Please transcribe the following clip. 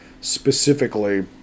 specifically